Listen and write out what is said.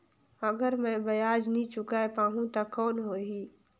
अगर मै ब्याज नी चुकाय पाहुं ता कौन हो ही?